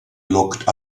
looked